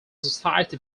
society